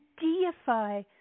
deify